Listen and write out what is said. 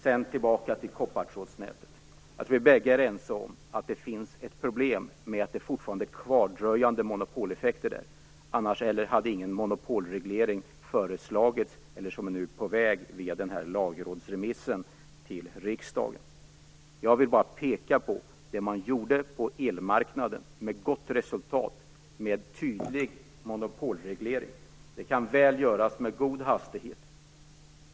Sedan tillbaka till detta med koppartrådsnätet. Jag tror att vi båda är ense om att det finns ett problem med fortfarande kvardröjande monopoleffekter. Annars hade ingen monopolreglering föreslagits, något som nu är på väg med den här lagrådsremissen till riksdagen. Jag vill bara peka på det man gjorde på elmarknaden med gott resultat. Där gjorde man en tydlig monopolreglering. Det kan väl göras med god hastighet.